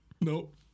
Nope